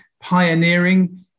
pioneering